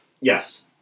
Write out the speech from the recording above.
Yes